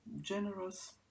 generous